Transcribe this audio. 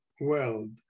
world